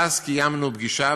ואז קיימנו פגישה,